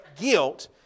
guilt